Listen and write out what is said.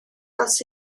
oes